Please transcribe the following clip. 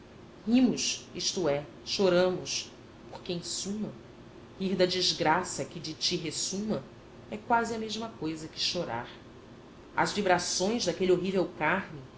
rimos isto é choramos porque em suma rir da desgraça que de ti ressuma é quase a mesma coisa que chorar às vibrações daquele horrível carme